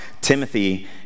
Timothy